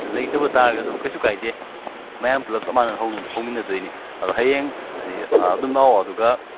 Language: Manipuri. ꯑꯗꯨ ꯂꯩꯇꯕ ꯇꯥꯔꯒꯁꯨ ꯀꯩꯁꯨ ꯀꯥꯏꯗꯦ ꯃꯌꯥꯝ ꯄꯨꯂꯞ ꯆꯞ ꯃꯥꯟꯅꯅ ꯍꯧꯃꯤꯟꯅꯗꯣꯏꯅꯤ ꯑꯗꯣ ꯍꯌꯦꯡ ꯍꯥꯏꯗꯤ ꯑꯗꯨꯝ ꯂꯥꯛꯑꯣ ꯑꯗꯨꯒ